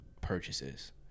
purchases